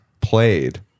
played